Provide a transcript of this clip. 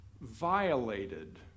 violated